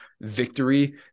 victory